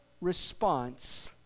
response